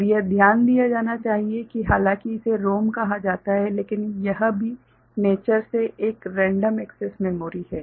और यह ध्यान दिया जाना चाहिए कि हालांकि इसे ROM कहा जाता है लेकिन यह भी प्रकृति से एक रैनडम एक्सैस मेमोरी है